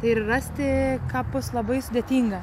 ir rasti kapus labai sudėtinga